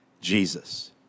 Jesus